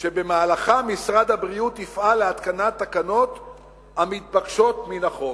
שבמהלכו משרד הבריאות יפעל להתקנת תקנות המתבקשות מן החוק".